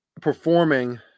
performing